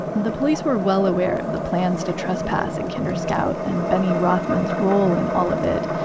the police were well aware of the plans to trespass at kinder scout, and benny rothman's role in all of it.